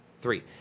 three